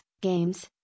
games